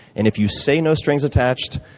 and if you say no strings attached,